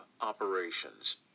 operations